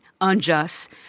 unjust